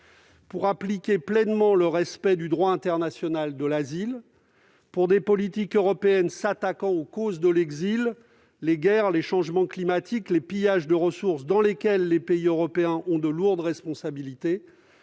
pour appliquer pleinement le respect du droit international de l'asile ? S'engagera-t-elle pour des politiques européennes s'attaquant aux causes de l'exil- les guerres, les changements climatiques et les pillages de ressources, dans lesquels les pays européens ont de lourdes responsabilités